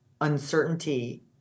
uncertainty